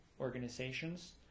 organizations